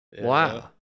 Wow